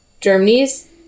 Germany's